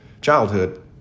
childhood